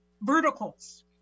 verticals